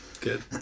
good